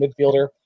midfielder